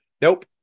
nope